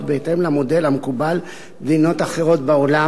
בהתאם למודל המקובל במדינות אחרות בעולם,